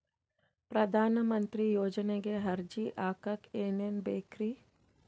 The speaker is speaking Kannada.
ಪ್ರಧಾನಮಂತ್ರಿ ಯೋಜನೆಗೆ ಅರ್ಜಿ ಹಾಕಕ್ ಏನೇನ್ ಬೇಕ್ರಿ?